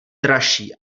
dražší